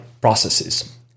processes